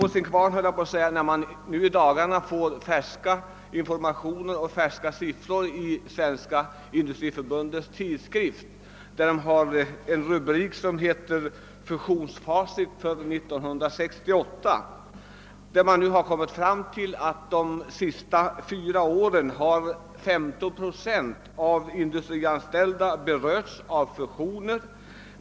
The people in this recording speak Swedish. Låt mig säga att jag fick vatten på min kvarn när jag i dag läste Industriförbundets tidskrift. Av en artikel under rubriken »Fusionsfacit 1968» framgår att under de senaste fyra åren 15 procent av de industrianställda berörts av fusioner.